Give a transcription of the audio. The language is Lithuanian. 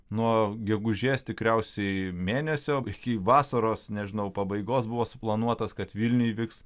nuo gegužės tikriausiai mėnesio iki vasaros nežinau pabaigos buvo suplanuotas kad vilniuje vyks